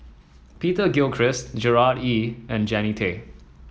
Peter Gilchrist Gerard Ee and Jannie Tay